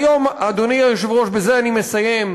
והיום, אדוני היושב-ראש, בזה אני מסיים,